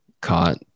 caught